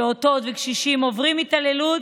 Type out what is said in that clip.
פעוטות וקשישים עוברים התעללות,